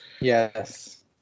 Yes